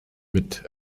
mit